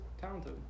talented